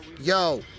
yo